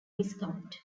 viscount